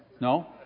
No